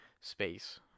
space